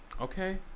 Okay